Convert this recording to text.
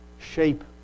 shape